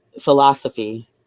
philosophy